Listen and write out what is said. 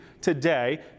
today